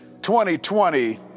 2020